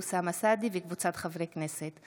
אוסאמה סעדי וקבוצת חברי הכנסת.